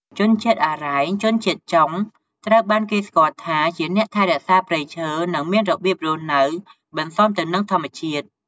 ជនជាតិអារ៉ែង ជនជាតិចុង ត្រូវបានគេស្គាល់ថាជាអ្នកថែរក្សាព្រៃឈើ និងមានរបៀបរស់នៅបន្សាំទៅនឹងធម្មជាតិ។